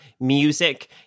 music